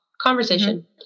conversation